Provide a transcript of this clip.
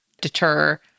deter